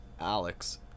Alex